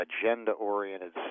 agenda-oriented